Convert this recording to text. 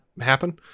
happen